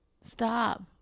stop